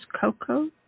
Coco